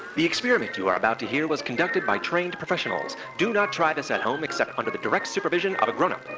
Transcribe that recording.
the experiment you are about to hear was conducted by trained professionals. do not try this at home except under the direct supervision of a grown-up.